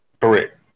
Correct